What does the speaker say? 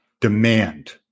Demand